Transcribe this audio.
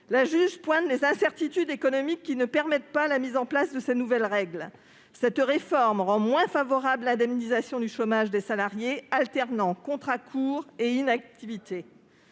La juge pointe les incertitudes économiques qui ne permettent pas la mise en place de ces nouvelles règles. Cette réforme rend moins favorable l'indemnisation du chômage des salariés qui alternent contrats courts et inactivité.